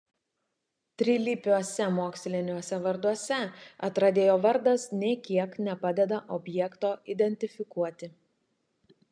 trilypiuose moksliniuose varduose atradėjo vardas nė kiek nepadeda objekto identifikuoti